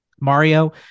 Mario